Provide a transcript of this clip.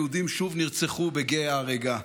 היהודים שוב נרצחו בגיא ההריגה.